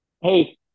Hey